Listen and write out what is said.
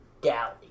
galley